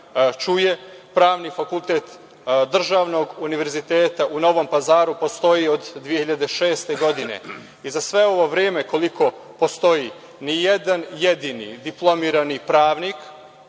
čuje, Pravni fakultet državnog univerziteta u Novom Pazaru postoji od 2006. godine i za sve ovo vreme koliko postoji ni jedan jedini diplomirani pravnik